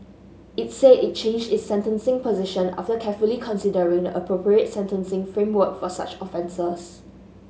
it said it changed its sentencing position after carefully considering the appropriate sentencing framework for such offences